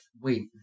Wait